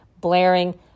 blaring